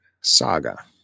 saga